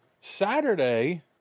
Saturday